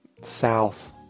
south